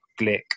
Glick